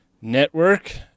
Network